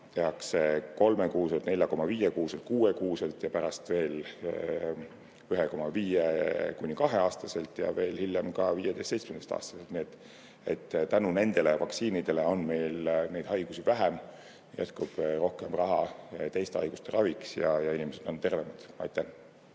tehakse 3-kuuselt, 4,5-kuuselt ja 6-kuuselt, pärast veel 1,5–2-aastaselt ja veel hiljem 15–17-aastaselt. Tänu nendele vaktsiinidele on meil neid haigusi vähem, jätkub rohkem raha teiste haiguste raviks ja inimesed on tervemad. Palun